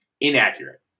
inaccurate